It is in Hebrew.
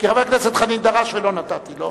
כי חבר הכנסת חנין דרש ולא נתתי לו.